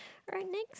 alright next